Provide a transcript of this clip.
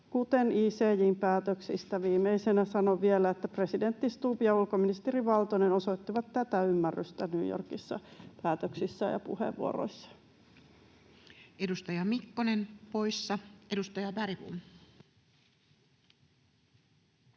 kuten ICJ:n päätöksistä. Viimeisenä sanon vielä, että presidentti Stubb ja ulkoministeri Valtonen osoittivat tätä ymmärrystä New Yorkissa päätöksissään ja puheenvuoroissaan. [Speech 130] Speaker: